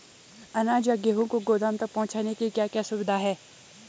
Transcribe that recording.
अनाज या गेहूँ को गोदाम तक पहुंचाने की क्या क्या सुविधा है?